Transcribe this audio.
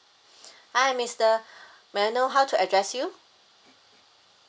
hi mister may I know how to address you